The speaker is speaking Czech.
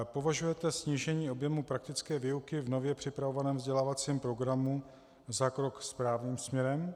Považujete snížení objemu praktické výuky v nově připravovaném vzdělávacím programu za krok správným směrem?